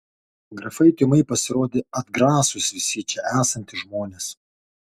grafaitei ūmai pasirodė atgrasūs visi čia esantys žmonės